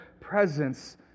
presence